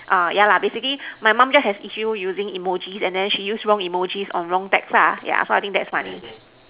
ah yeah lah basically my mum just has issues using emoji and then she use wrong emoji on wrong text lah yeah so I think that's funny